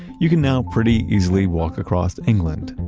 you can now pretty easily walk across england,